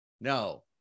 no